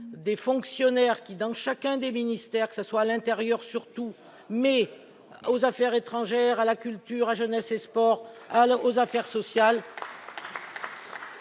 des dossiers dans chaque ministère, que ce soit à l'intérieur, surtout, ou aux affaires étrangères, à la culture, à la jeunesse et aux sports, aux affaires sociales.